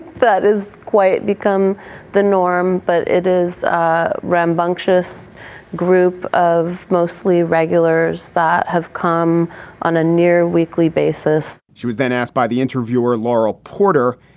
but is quiet become the norm. but it is ah rambunctious group of mostly regulars that have come on a near weekly basis she was then asked by the interviewer, laurel porter,